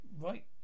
right